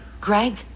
Greg